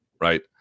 right